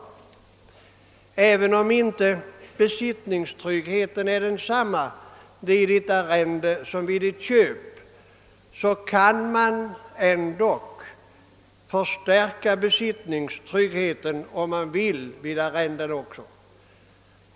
Även om inte besittningstryggheten är densamma vid arrende som vid köp kan man förstärka besitt ningstryggheten vid arrende.